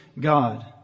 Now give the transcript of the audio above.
God